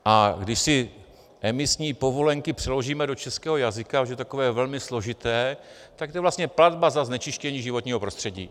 A když si emisní povolenky přeložíme do českého jazyka, což je takové velmi složité, tak to je vlastně platba za znečištění životního prostředí.